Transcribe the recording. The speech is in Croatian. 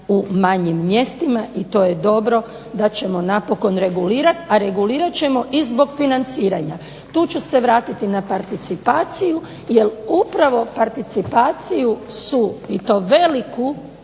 u manjim mjestima i to je da ćemo napokon regulirati. A regulirati ćemo i zbog financiranja. Tu ću se vratiti i na participaciju jer upravo participaciju su i to veliku